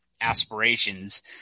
aspirations